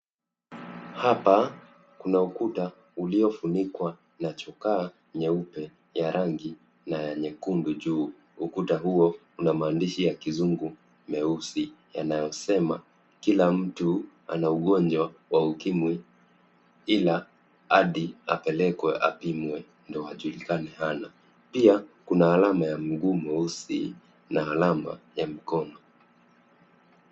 Hapa kuna ukuta uliofunikwa na chokaa nyeupe ya rangi na ya nyekundu juu. Ukuta huo una maandishi ya kizungu meusi yanayosema, "Kila mtu ana ugonjwa wa ukimwi ila hadi apelekwe apimwe ndio ajulikane hana." Pia kuna alama ya mguu mweusi na alama ya mkono.